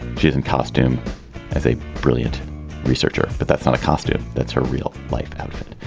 she's in costume as a brilliant researcher but that's not a costume that's her real life outfit.